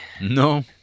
no